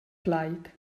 plaid